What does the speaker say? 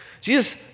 jesus